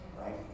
Right